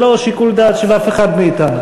זה לא לשיקול הדעת של אף אחד מאתנו.